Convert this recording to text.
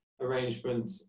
arrangement